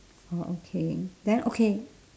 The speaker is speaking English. oh okay then okay